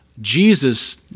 Jesus